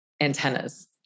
antennas